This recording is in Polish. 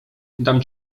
dam